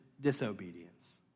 disobedience